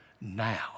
Now